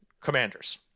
Commanders